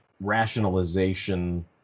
rationalization